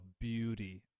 beauty